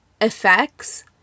effects